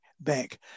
Bank